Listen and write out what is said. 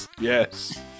Yes